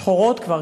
שחורות כבר,